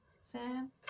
Sam